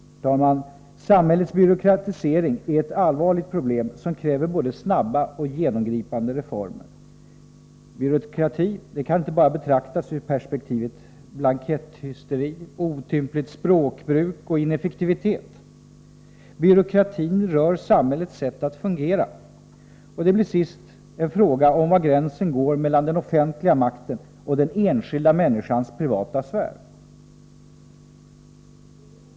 Herr talman! Samhällets byråkratisering är ett allvarligt problem som kräver både snabba och genomgripande reformer. Byråkrati kan inte bara betraktas ur perspektivet blanketthysteri, otympligt språkbruk och ineffektivitet. Byråkratin rör samhällets sätt att fungera. Det blir sist en fråga om var gränsen går mellan den offentliga makten och den enskilda människans privata sfär.